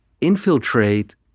infiltrate